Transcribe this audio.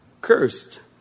Cursed